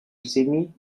sydney